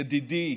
ידידי,